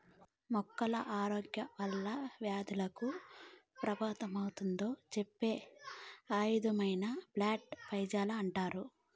మొక్కల ఆరోగ్యం ఎలా వ్యాధులకు ప్రభావితమవుతుందో చెప్పే అధ్యయనమే ప్లాంట్ పైతాలజీ అంటారు